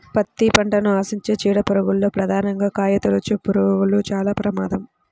పత్తి పంటను ఆశించే చీడ పురుగుల్లో ప్రధానంగా కాయతొలుచుపురుగులు చాలా ప్రమాదం